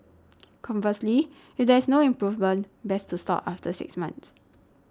conversely if there is no improvement best to stop after six months